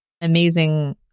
amazing